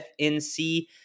FNC